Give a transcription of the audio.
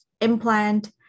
implant